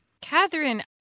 Catherine